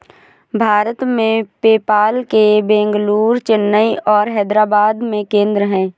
भारत में, पेपाल के बेंगलुरु, चेन्नई और हैदराबाद में केंद्र हैं